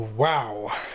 Wow